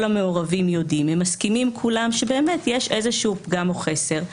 המעורבים יודעים ומסכימים שיש איזשהו פגם או חסר,